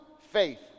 Faith